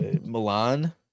Milan